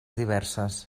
diverses